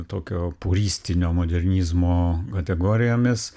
tokio purystinio modernizmo kategorijomis